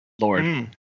lord